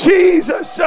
Jesus